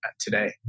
today